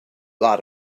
lot